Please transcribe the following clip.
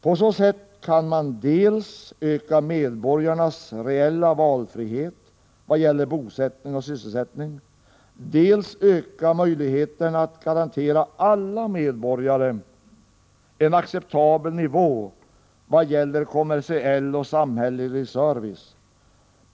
På så sätt kan man dels öka medborgarnas reella valfrihet vad gäller bosättning och sysselsättning, dels öka möjligheterna att garantera alla medborgare en acceptabel nivå vad gäller kommersiell och samhällelig service.